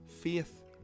faith